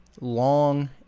long